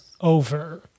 over